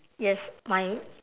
yes my